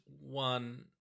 one